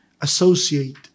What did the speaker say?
associate